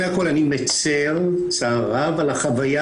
בסך הכול אני מצר צער רב על החוויה